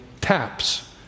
taps